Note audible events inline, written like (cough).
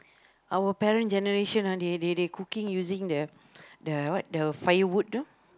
our parents generation ah they they they cooking using the the what firewood (noise)